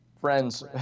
Friends